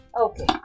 Okay